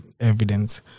evidence